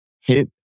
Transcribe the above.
hit